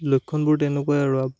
লক্ষণবোৰ তেনেকুৱাই আৰু